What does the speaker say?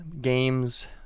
games